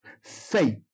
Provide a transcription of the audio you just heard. Faith